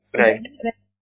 right